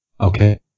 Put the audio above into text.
Okay